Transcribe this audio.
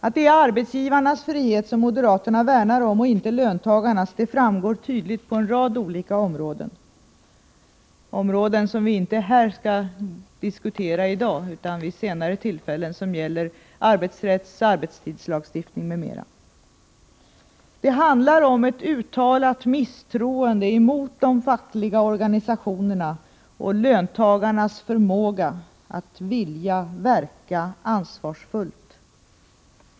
Att det är arbetsgivarnas frihet som moderaterna värnar om — och inte löntagarnas — framgår tydligt på en rad olika områden, områden som vi inte skall diskutera i dag utan vid senare tillfällen, då bl.a. arbetsrättsoch arbetstidslagstiftningen kommer att tas upp. Det handlar om ett uttalat misstroende mot de fackliga organisationernas och löntagarnas förmåga och vilja att verka ansvarsfullt.